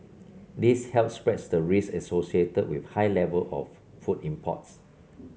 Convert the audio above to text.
this helps spread the risk associated with high level of food imports